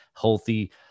healthy